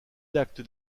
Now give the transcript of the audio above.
l’acte